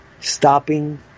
stopping